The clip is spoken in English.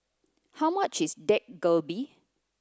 how much is Dak Galbi